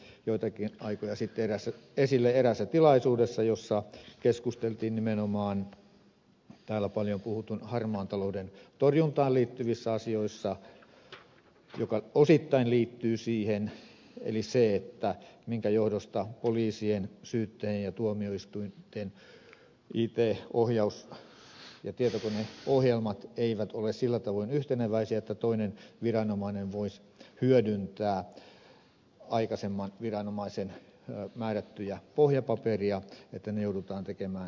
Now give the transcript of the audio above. tämä tuli joitakin aikoja sitten esille eräässä tilaisuudessa jossa keskusteltiin nimenomaan täällä paljon puhutun harmaan talouden torjuntaan liittyvistä asioista ja niihin liittyy osittain se että poliisien syyttäjien ja tuomioistuinten it ohjaus ja tietokoneohjelmat eivät ole sillä tavoin yhteneväisiä että toinen viranomainen voisi hyödyntää aikaisemman viranomaisen määrättyjä pohjapapereita vaan ne joudutaan tekemään usein uudelleen